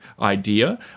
idea